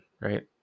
right